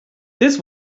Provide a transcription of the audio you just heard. this